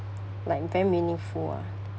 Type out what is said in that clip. like very meaningful ah